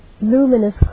luminous